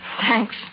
Thanks